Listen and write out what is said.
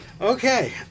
okay